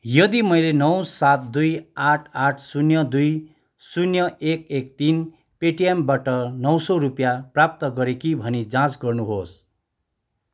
यदि मैले नौ सात दुई आठ आठ शून्य दुई शून्य एक एक तिन पेटिएमबाट नौ सौ रुपैयाँ प्राप्त गरेँ कि भनी जाँच गर्नुहोस्